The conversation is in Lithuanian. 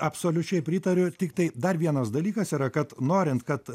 absoliučiai pritariu tiktai dar vienas dalykas yra kad norint kad